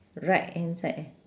right hand side eh